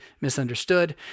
misunderstood